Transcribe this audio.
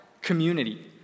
community